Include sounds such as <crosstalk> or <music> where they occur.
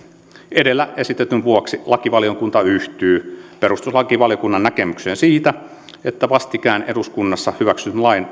edellä esitetyn vuoksi lakivaliokunta yhtyy perustuslakivaliokunnan näkemykseen siitä että vastikään eduskunnassa hyväksytyn lain <unintelligible>